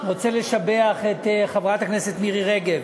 רוצה לשבח את חברת הכנסת מירי רגב,